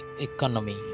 economy